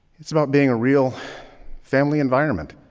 it's about being a real family environment.